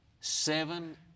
seven